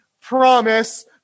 promise